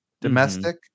domestic